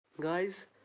Guys